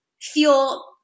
feel